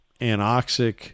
anoxic